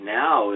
now